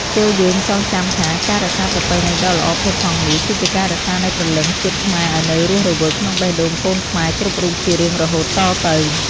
ចូរយើងចងចាំថាការរក្សាប្រពៃណីដ៏ល្អផូរផង់នេះ គឺជាការរក្សានូវព្រលឹងជាតិខ្មែរឱ្យនៅរស់រវើកក្នុងបេះដូងកូនខ្មែរគ្រប់រូបជារៀងរហូតតទៅ។